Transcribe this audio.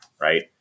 right